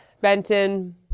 Benton